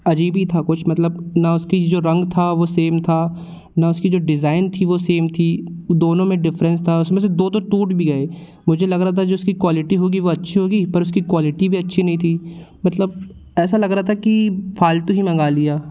अजीब ही था कुछ मतलब ना उसकी जो रंग था वो सेम था ना उसकी जो डिज़ाईन थी वो सेम थी दोनो में डिफ़रेंस था उसमें दो तो टूट भी गए मुझे लग रहा था जो उसकी क्वालिटी होगी वो अच्छी होगी पर उसकी क्वालिटी भी अच्छी नहीं थी मतलब ऐसा लग रहा था कि फ़ालतू ही मंगा लिया